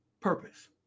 purpose